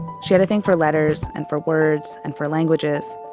she had a thing for letters and for words and for languages.